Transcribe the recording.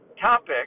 topic